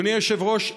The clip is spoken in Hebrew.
אדוני היושב-ראש,